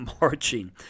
marching